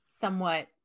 somewhat